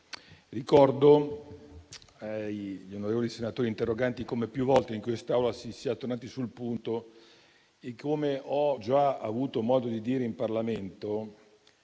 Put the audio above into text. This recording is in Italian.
ricordo agli onorevoli senatori interroganti come più volte in quest'Aula si sia tornati sul punto e, come ho già avuto modo di dire in Parlamento,